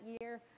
year